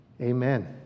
Amen